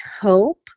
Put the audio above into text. hope